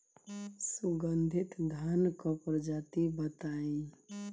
सुगन्धित धान क प्रजाति बताई?